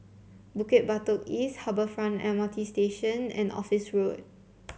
Bukit Batok East Harbour Front M R T Station and Office Road